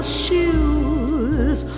shoes